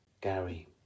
Gary